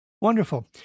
Wonderful